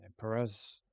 Perez